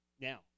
now